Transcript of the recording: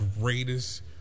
greatest